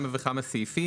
סעיפים.